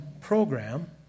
program